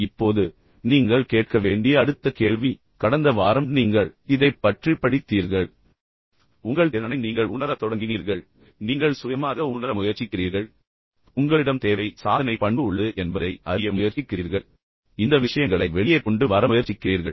இப்போது நீங்கள் கேட்க வேண்டிய அடுத்த கேள்வி கடந்த வாரம் நீங்கள் இதைப் பற்றி படித்தீர்கள் உங்கள் திறனை நீங்கள் உணர தொடங்கினீர்கள் நீங்கள் சிறந்து விளங்க விரும்புகிறீர்கள் பின்னர் நீங்கள் சுயமாக உணர முயற்சிக்கிறீர்கள் பின்னர் உங்களிடம் இந்த தேவை சாதனை பண்பு உள்ளது என்பதை நீங்கள் அறிய முயற்சிக்கிறீர்கள் நீங்கள் உங்களிடம் உள்ள இந்த விஷயங்கள் அனைத்தையும் வெளியே கொண்டு வர முயற்சிக்கிறீர்கள்